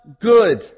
good